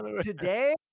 today